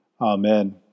Amen